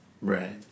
Right